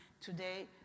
today